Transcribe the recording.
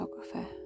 photographer